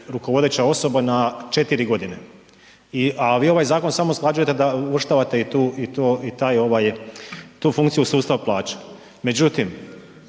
rukovodeća osoba na 4 g. A vi ovaj zakon samo usklađujete da uvrštavate i tu funkciju sustava plaća.